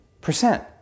percent